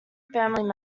family